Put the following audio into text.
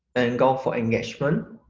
and go for engagement